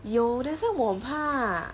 有 that's why 我很怕